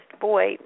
boy